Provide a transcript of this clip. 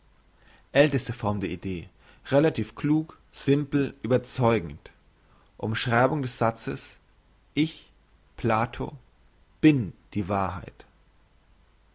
relativ klug simpel überzeugend umschreibung des satzes ich plato bin die wahrheit